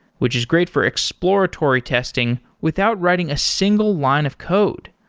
which is great for exploratory testing without writing a single line of code.